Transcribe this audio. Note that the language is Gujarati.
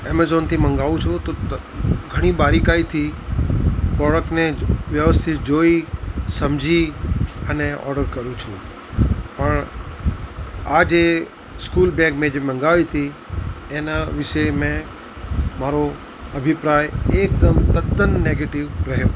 એમેઝોનથી મંગાવું છું તો ઘણી બારીકાઈથી પ્રોડક્ટને વ્યવસ્થિત જોઈ સમજી અને ઓર્ડર કરું છું પણ આ જે સ્કૂલ બેગ મેં જે મંગાવી હતી એના વિશે મેં મારો અભિપ્રાય એકદમ તદ્દન નેગેટિવ રહ્યો